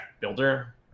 builder